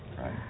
Right